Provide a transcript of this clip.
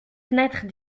fenêtres